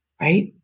right